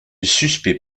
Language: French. suspect